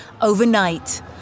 overnight